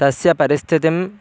तस्य परिस्थितिं